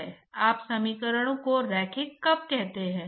इसलिए हम इसे स्केच कर सकते हैं